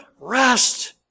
rest